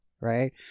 right